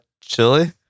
Chili